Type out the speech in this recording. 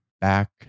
Back